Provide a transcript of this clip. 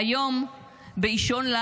היו חסרים ארבעה.